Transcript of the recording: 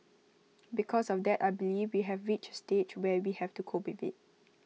because of that I believe we have reached A stage where we have to cope with IT